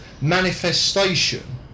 manifestation